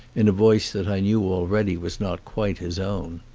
in a voice that i knew already was not quite his own.